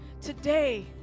today